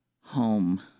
home